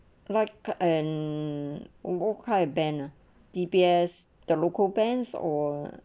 like and oka banner D_B_S the local bands or